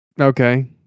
Okay